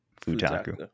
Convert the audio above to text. Futaku